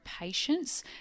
patients